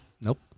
Nope